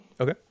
okay